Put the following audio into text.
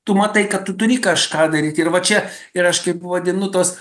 tu matai kad turi kažką daryt ir va čia ir aš kaip vadinu tos